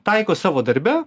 taiko savo darbe